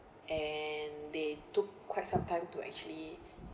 and they took quite some time to actually